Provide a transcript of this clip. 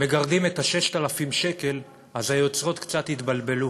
מגרדים את ה-6,000 שקל, אז היוצרות קצת התבלבלו,